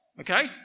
Okay